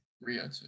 Rio